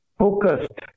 focused